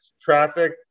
traffic